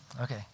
Okay